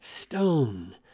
stone